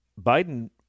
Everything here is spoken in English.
Biden